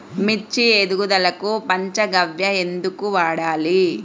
మిర్చి ఎదుగుదలకు పంచ గవ్య ఎందుకు వాడాలి?